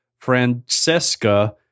Francesca